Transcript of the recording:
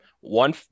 One